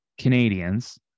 Canadians